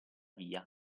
via